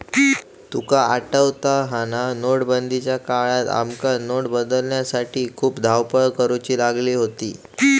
तुका आठवता हा ना, नोटबंदीच्या काळात आमका नोट बदलूसाठी खूप धावपळ करुची लागली होती